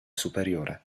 superiore